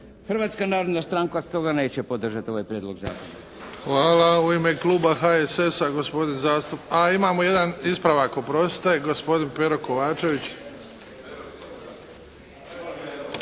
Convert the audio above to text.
Hrvatska narodna stranka stoga neće podržati ovaj prijedlog zakona. **Bebić, Luka (HDZ)** Hvala. U ime kluba HSS-a, gospodin… A imamo jedan ispravak, oprostite, gospodin Pero Kovačević.